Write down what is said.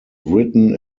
written